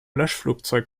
löschflugzeug